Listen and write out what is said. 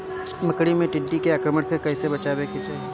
मकई मे टिड्डी के आक्रमण से कइसे बचावे के चाही?